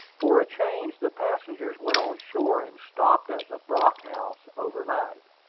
for a change, the passengers went on shore and stopped at the brock house over night.